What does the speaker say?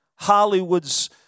Hollywood's